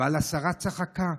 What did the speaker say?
אבל השרה צחקה.